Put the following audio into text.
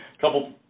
couple